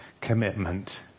commitment